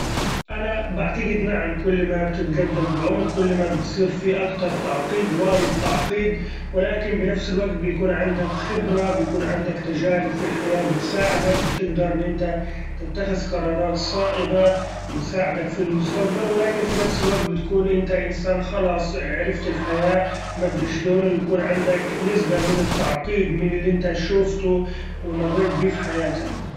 أنا بعتقد نعم ، كل ما بتتقدم بالعمر كل ما بتصير في أكتر تعقيد وايد تعقيد ، ولكن بنفس الوقت بيكون عندك خبرة بيكون عندك تچارب في الحياة بتساعدك بتقدر إن إنت تتخذ قرارات صائبة بتساعدك في المستقبل، ولكن في نفس الوقت بتكون إنت إنسان خلاص عرفت الحياة مدري إيش لون و يكون عندك نسبة من التعقيد من اللي إنت شوفته ومريت بيه في حياتك.